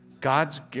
God's